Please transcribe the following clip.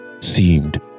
seemed